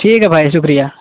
ٹھیک ہے بھائی شکریہ